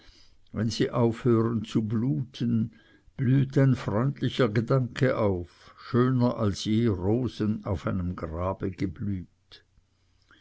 wenn sie aufhören zu bluten blüht ein freundlicher gedanke auf schöner als je rosen auf einem grabe geblüht